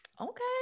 Okay